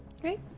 Great